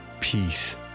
peace